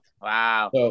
wow